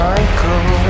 Michael